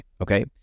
Okay